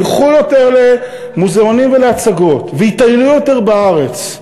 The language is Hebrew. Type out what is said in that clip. ילכו יותר למוזיאונים ולהצגות ויטיילו יותר בארץ.